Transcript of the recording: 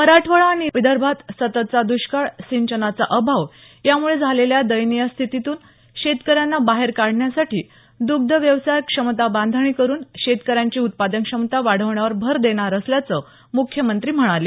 मराठवाडा आणि विदर्भात सततचा द्ष्काळ सिंचनाचा अभाव यामुळे झालेल्या दयनीय स्थितीतून शेतकऱ्यांना बाहेर काढण्यासाठी दग्ध व्यवसायात क्षमता बांधणी करुन शेतकऱ्यांची उत्पादन क्षमता वाढवण्यावर भर देणार असल्याचं मुख्यमंत्री म्हणाले